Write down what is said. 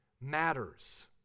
matters